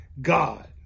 God